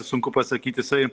sunku pasakyt jisai